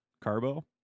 Carbo